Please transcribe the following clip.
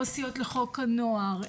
עו"סיות לחוק הנוער,